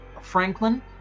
Franklin